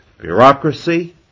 Bureaucracy